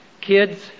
kids